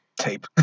Tape